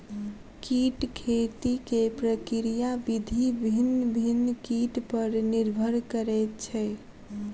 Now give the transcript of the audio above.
कीट खेती के प्रक्रिया विधि भिन्न भिन्न कीट पर निर्भर करैत छै